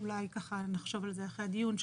אולי ככה נחשוב על זה אחרי הדיון,